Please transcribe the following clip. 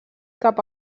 cap